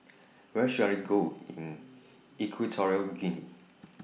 Where should I Go in Equatorial Guinea